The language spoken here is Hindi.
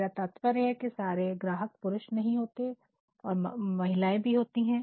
मेरा तात्पर्य है कि सारे ग्राहक पुरुष नहीं होते महिलाएं भी होती हैं